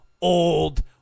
old